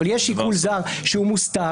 אבל יש שיקול זר שהוא מוסתר,